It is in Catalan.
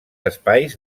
espais